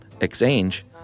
exchange